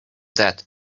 that